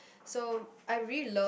so I really love